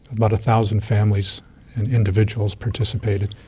but thousand families and individuals participated.